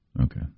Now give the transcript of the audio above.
Okay